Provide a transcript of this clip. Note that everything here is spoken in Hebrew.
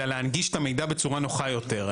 אלא להנגיש את המידע בצורה נוחה יותר.